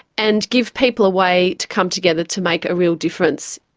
and give people a way to come together to make a real difference.